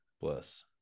bless